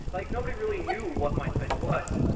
like nobody really knew what myspace was,